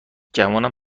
گمونم